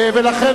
לכן,